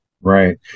Right